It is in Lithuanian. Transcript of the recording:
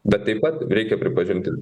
bet taip pat reikia pripažinti